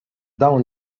dawn